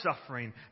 suffering